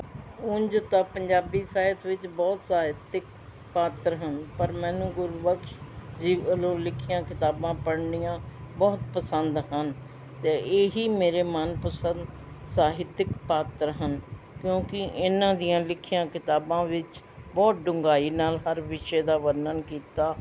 ਹੁਣ ਜਿੱਦਾਂ ਪੰਜਾਬੀ ਸਾਹਿਤ ਵਿੱਚ ਬਹੁਤ ਸਾਹਿਤਕ ਪਾਤਰ ਹਨ ਪਰ ਮੈਨੂੰ ਗੁਰਬਖਸ਼ ਜੀ ਵੱਲੋਂ ਲਿਖੀਆਂ ਕਿਤਾਬਾਂ ਪੜ੍ਹਨੀਆਂ ਬਹੁਤ ਪਸੰਦ ਹਨ ਅਤੇ ਇਹੀ ਮੇਰੇ ਮਨ ਪਸੰਦ ਸਾਹਿਤਿਕ ਪਾਤਰ ਹਨ ਕਿਉਂਕਿ ਇਹਨਾਂ ਦੀਆਂ ਲਿਖੀਆਂ ਕਿਤਾਬਾਂ ਵਿੱਚ ਬਹੁਤ ਡੂੰਘਾਈ ਨਾਲ ਹਰ ਵਿਸ਼ੇ ਦਾ ਵਰਣਨ ਕੀਤਾ